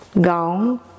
gone